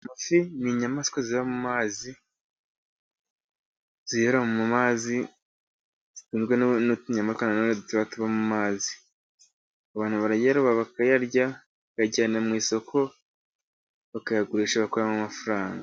fIi ni inyamaswa ziba mu mazi, zibera mu mazi, zitunzwe n'utunyamaswa kandi na nonetuba mu amazi. Abantu barayaroba bakayarya, bajyana mu isoko bakayagurisha bagakuramo amafaranga.